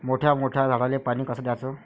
मोठ्या मोठ्या झाडांले पानी कस द्याचं?